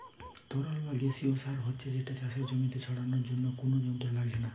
তরল বা গেসিও সার হচ্ছে যেটা চাষের জমিতে ছড়ানার জন্যে কুনো যন্ত্র লাগছে না